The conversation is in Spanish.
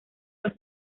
los